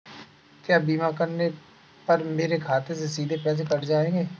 क्या बीमा करने पर मेरे खाते से सीधे पैसे कट जाएंगे?